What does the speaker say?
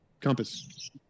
compass